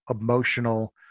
emotional